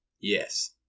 yes